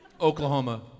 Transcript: Oklahoma